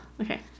Okay